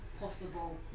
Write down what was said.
Possible